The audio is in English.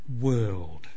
world